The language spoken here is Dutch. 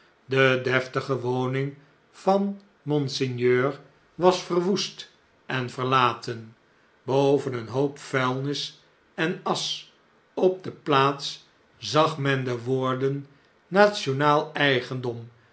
de deftige woning van monseigneur was verwoest en verlaten boven een hoop vuilnis en asch op de plaats zag men de woorden nationaal eigendom